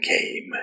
came